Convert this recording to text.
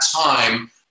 time